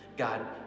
God